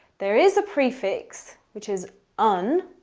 there is a prefix which is un.